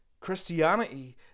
Christianity